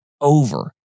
over